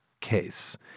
case